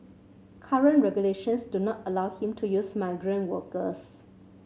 current regulations do not allow him to use migrant workers